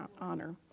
honor